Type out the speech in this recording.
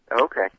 Okay